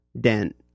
Dent